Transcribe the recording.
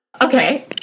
Okay